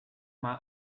mal